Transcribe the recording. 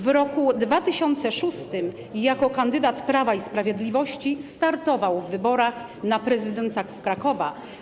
W roku 2006 jako kandydat Prawa i Sprawiedliwości startował w wyborach na prezydenta Krakowa.